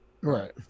Right